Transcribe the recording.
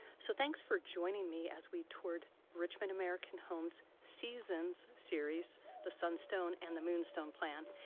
so thanks for joining me as we toured richmond american homes seasons series the sunstone and the moonstone plans.